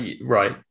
right